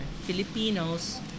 Filipinos